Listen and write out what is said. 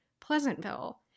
Pleasantville